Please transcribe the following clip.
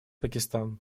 пакистан